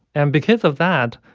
and because of that,